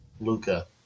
Luca